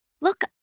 look